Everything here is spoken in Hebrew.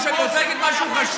"שיחליפו עבודה".